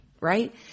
right